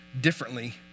differently